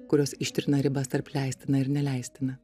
kurios ištrina ribas tarp leistina ir neleistina